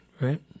right